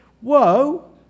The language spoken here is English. Whoa